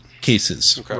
cases